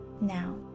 Now